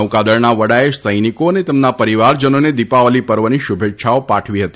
નૌકાદળના વડાએ સૈનિકો અને તેમના પરિવારજનોને દિપાવલી પર્વની શુભેચ્છાઓ પાઠવી હતી